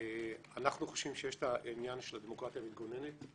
אנחנו חושבים שיש עניין של דמוקרטיה מתגוננת.